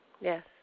Yes